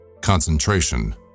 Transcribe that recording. Concentration